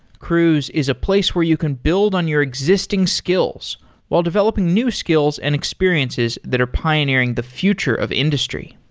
cruise is a place where you can build on your existing skills while developing new skills and experiences that are pioneering the future of industry.